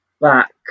back